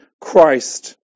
Christ